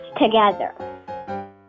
together